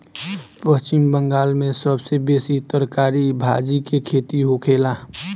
पश्चिम बंगाल में सबसे बेसी तरकारी भाजी के खेती होखेला